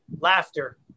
Laughter